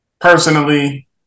Personally